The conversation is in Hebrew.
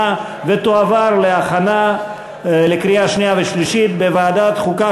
ותועבר להכנה לקריאה שנייה ושלישית בוועדת החוקה,